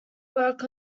work